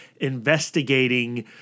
investigating